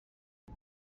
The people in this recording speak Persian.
اون